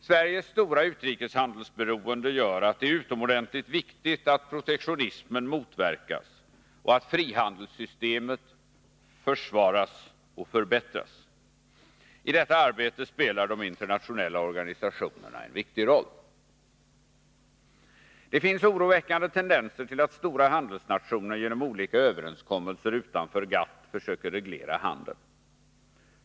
Sveriges stora utrikeshandelsberoende gör att det är utomordentligt viktigt att protektionismen motverkas och att frihandelssystemet försvaras och förbättras. I detta arbete spelar de internationella organisationerna en viktig roll. Det finns oroväckande tendenser till att stora handelsnationer genom olika överenskommelser utanför GATT försöker reglera handeln.